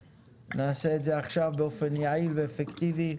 ונעשה את זה עכשיו באופן יעיל ואפקטיבי.